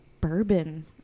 bourbon